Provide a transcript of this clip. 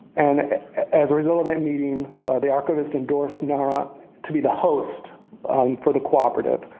and as a result of that meeting the archivist endorsed nara to be the host for the cooperative.